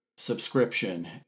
subscription